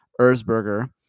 Erzberger